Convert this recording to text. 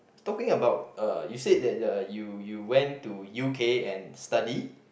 talking about uh you said that the you you went to U_K and study